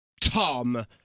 Tom